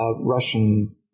Russian